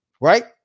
Right